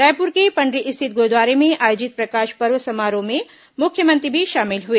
रायपुर के पंडरी स्थित गुरूद्वारे में आयोजित प्रकाश पर्व समारोह में मुख्यमंत्री भी शामिल हुए